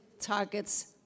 targets